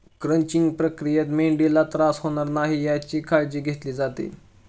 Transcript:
crunching प्रक्रियेत मेंढीला त्रास होणार नाही याची काळजी घेतली जाते